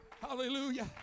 Hallelujah